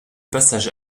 passage